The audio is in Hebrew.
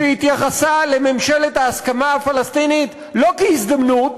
כשהיא התייחסה לממשלת ההסכמה הפלסטינית לא כהזדמנות